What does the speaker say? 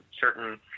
certain